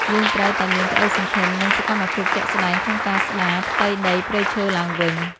យើងត្រូវតែមានក្តីសង្ឃឹម និងសកម្មភាពជាក់ស្តែងក្នុងការស្តារផ្ទៃដីព្រៃឈើឡើងវិញ។